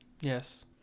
yes